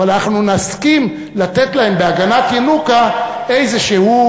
אבל אנחנו נסכים לתת להם בהגנת ינוקא איזשהו